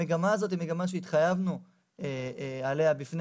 המגמה הזאת היא מגמה שהתחייבנו עליה בפני